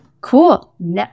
cool